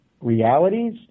realities